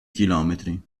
chilometri